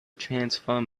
transform